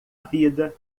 vida